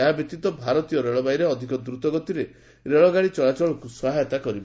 ଏହାବ୍ୟତୀତ ଭାରତୀୟ ରେଳବାଇରେ ଅଧିକ ଦ୍ରତଗତିରେ ରେଳଗାଡ଼ି ଚଳାଚଳକୁ ସହାୟତା କରିବ